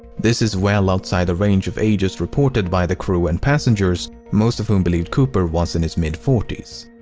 this is well outside the range of ages reported by the crew and passengers. most of whom believed cooper was in his mid-forties.